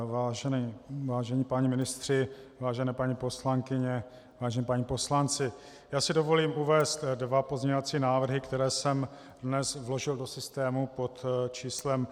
Vážení páni ministři, vážené paní poslankyně, vážení páni poslanci, dovolím si uvést dva pozměňovací návrhy, které jsem dnes vložil do systému pod číslem 2272.